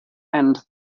and